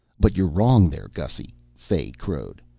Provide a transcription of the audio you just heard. but you're wrong there, gussy, fay crowed.